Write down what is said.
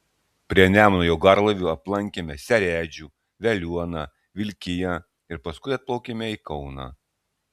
prie nemuno jau garlaiviu aplankėme seredžių veliuoną vilkiją ir paskui atplaukėme į kauną